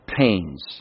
pains